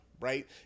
right